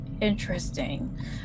Interesting